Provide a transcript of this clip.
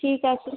ঠিক আছে